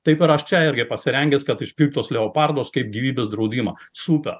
taipir aš čia irgi pasirengęs kad išpirkt tuos leopardus kaip gyvybės draudimą super